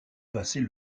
passait